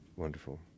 Wonderful